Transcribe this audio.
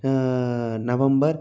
హా నవంబర్